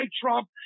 Trump